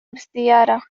بالسيارة